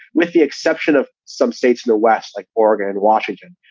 with the exception of some states, and the west, like oregon and washington,